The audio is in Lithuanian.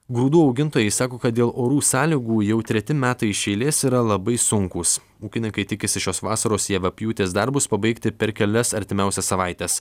grūdų augintojai sako kad dėl orų sąlygų jau treti metai iš eilės yra labai sunkūs ūkininkai tikisi šios vasaros javapjūtės darbus pabaigti per kelias artimiausias savaites